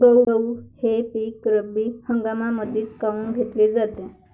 गहू हे पिक रब्बी हंगामामंदीच काऊन घेतले जाते?